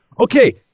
okay